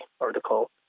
article